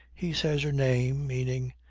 he says her name, meaning,